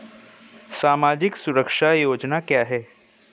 सामाजिक सुरक्षा योजना क्या है?